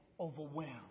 overwhelmed